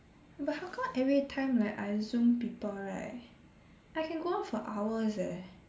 but how come every time like I Zoom people right I can go on for hours eh